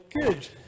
good